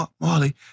Marley